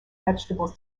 vegetables